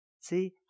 See